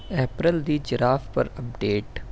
apparel the giraffe پر update